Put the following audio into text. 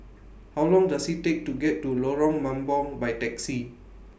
How Long Does IT Take to get to Lorong Mambong By Taxi